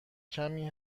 کمی